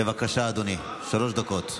בבקשה, אדוני, שלוש דקות.